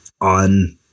on